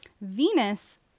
Venus